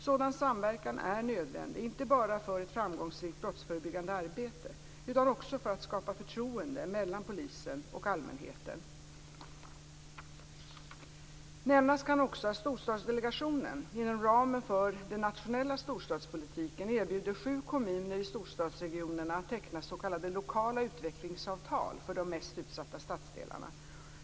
Sådan samverkan är nödvändig inte bara för ett framgångsrikt brottsförebyggande arbete utan också för att skapa förtroende mellan polisen och allmänheten. Nämnas kan också att Storstadsdelegationen, inom ramen för den nationella storstadspolitiken, erbjudit sju kommuner i storstadsregionerna att teckna s.k. lokala utvecklingsavtal för de mest utsatta stadsdelarna.